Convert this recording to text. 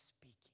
speaking